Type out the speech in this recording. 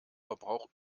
verbrauch